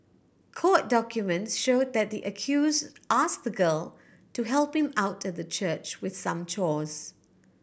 court documents showed that the accused asked the girl to help him out at the church with some chores